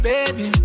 Baby